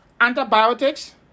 antibiotics